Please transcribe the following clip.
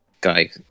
guy